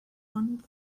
one